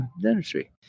dentistry